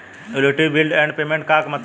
Utility bills and payments क मतलब का बा?